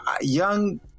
young